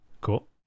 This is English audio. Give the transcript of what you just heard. cool